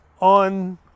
on